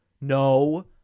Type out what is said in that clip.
No